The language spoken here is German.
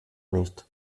nicht